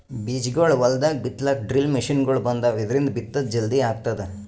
ಬೀಜಾಗೋಳ್ ಹೊಲ್ದಾಗ್ ಬಿತ್ತಲಾಕ್ ಡ್ರಿಲ್ ಮಷಿನ್ಗೊಳ್ ಬಂದಾವ್, ಇದ್ರಿಂದ್ ಬಿತ್ತದ್ ಜಲ್ದಿ ಆಗ್ತದ